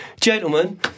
gentlemen